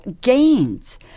gains